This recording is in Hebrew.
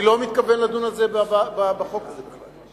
אני לא מתכוון לדון על זה בחוק הזה בכלל.